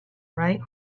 right